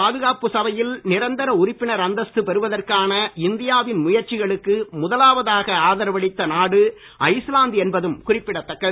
பாதுகாப்புச் சபையில் நிரந்தர உறுப்பினர் அந்தஸ்து பெறுவதற்கான இந்தியாவின் முயற்சிகளுக்கு முதலாவதாக ஆதரவளித்த நாடு ஐஸ்லாந்து என்பதும் குறிப்பிடத்தக்கது